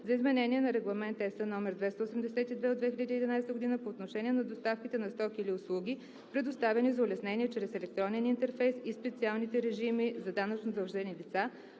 за изменение на Регламент (ЕС) № 282/2011 по отношение на доставките на стоки или услуги, предоставяни за улеснение чрез електронен интерфейс, и специалните режими за данъчнозадължени лица,